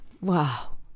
wow